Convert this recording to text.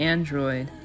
Android